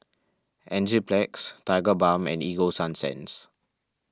Enzyplex Tigerbalm and Ego Sunsense